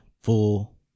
full